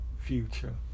future